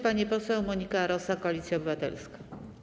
Pani poseł Monika Rosa, Koalicja Obywatelska.